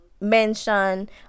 mention